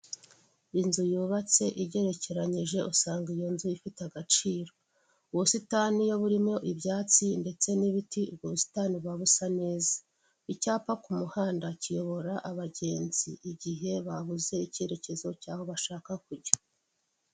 Inzu yubatse igerekeranyije, usanga iyo nzu ifite agaciro. Ubusitani iyo burimo ibyatsi ndetse n'ibiti, ubwo ubusitani buba busa neza. Icyapa ku muhanda, kiyobora abagenzi igihe babuze icyerekezo cy'aho bashaka kujya.